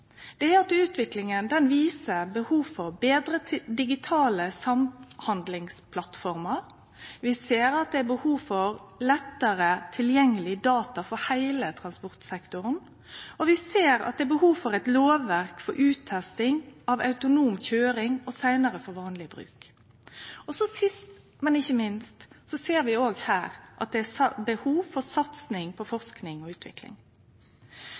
langt, er at utviklinga viser behov for betre digitale samhandlingsplattformer. Vi ser at det er behov for lettare tilgjengelege data for heile transportsektoren, og vi ser at det er behov for eit lovverk for uttesting av autonom køyring og seinare for vanleg bruk. Sist, men ikkje minst, ser vi også her at det er behov for satsing på forsking og utvikling.